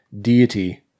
deity